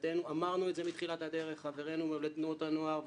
ואמרנו את זה בתחילת הדרך לחברינו מתנועות הנוער,